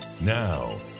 Now